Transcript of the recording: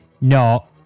no